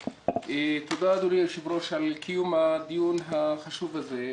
תודה, אדוני היושב-ראש, על קיום הדיון החשוב הזה.